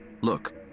Look